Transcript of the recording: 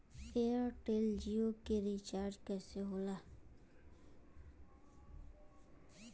Airtel Jio के recharge कैसे होला?